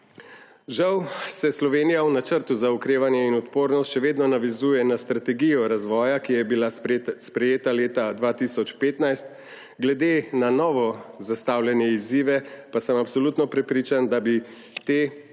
Žal se Slovenija v Načrtu za okrevanje in odpornost še vedno navezuje na strategijo razvoja, ki je bila sprejeta leta 2015, glede na novo zastavljene izzive pa sem absolutno prepričan, da bi te